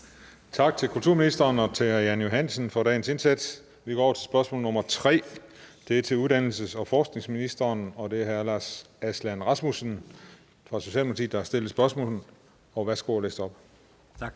Tak til kulturministeren og til hr. Jan Johansen for dagens indsats. Vi går over til spørgsmål nr. 3. Det er til uddannelses- og forskningsministeren, og det er hr. Lars Aslan Rasmussen fra Socialdemokratiet, der har stillet spørgsmålet. Kl. 15:15 Spm. nr.